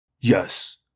Yes